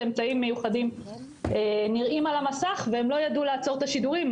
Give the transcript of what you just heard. אמצעים מיוחדים נראים על המסך והם לא ידעו לעצור את השידורים.